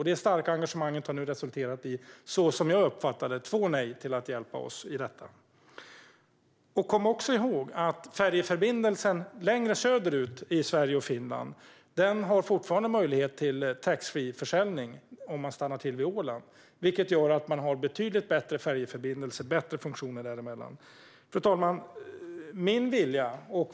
Det starka engagemanget har nu resulterat i, så som jag uppfattat det, två nej till att hjälpa oss. Kom också ihåg att färjeförbindelsen längre söderut mellan Sverige och Finland fortfarande har möjlighet till taxfreeförsäljning om man stannar till vid Åland, vilket gör att det finns betydligt bättre färjeförbindelse däremellan. Fru talman!